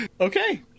Okay